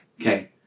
Okay